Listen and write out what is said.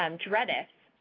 um dredf.